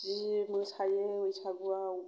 जि मोसायो बैसागुआव